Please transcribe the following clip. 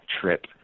trip